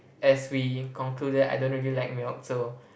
as we concluded I don't really like milk so